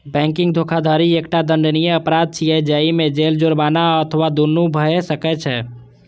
banking धोखाधड़ी एकटा दंडनीय अपराध छियै, जाहि मे जेल, जुर्माना अथवा दुनू भए सकै छै